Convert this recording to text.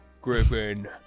griffin